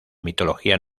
mitología